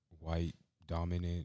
white-dominant